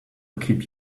keep